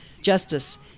justice